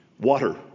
water